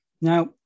Now